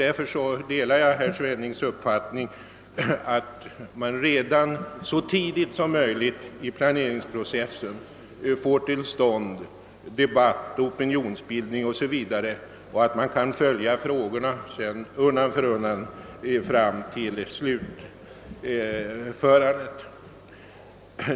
Därför delar jag herr Svennings mening att man så tidigt som möjligt i planeringsprocessen bör få till stånd debatt, opinionsbildning o. s. v. och ge allmänheten möjlighet att följa frågorna fram till slutet.